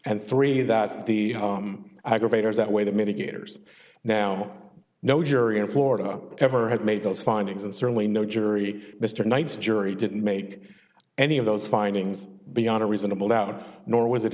and three that the aggravators that way the mitigators now no jury in florida ever had made those findings and certainly no jury mr knight's jury didn't make any of those findings beyond a reasonable doubt nor was it